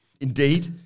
Indeed